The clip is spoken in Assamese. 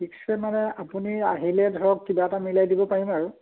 ফিক্সে মানে আপুনি আহিলে ধৰক কিবা এটা মিলাই দিব পাৰিম আৰু